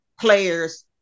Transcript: players